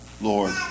Lord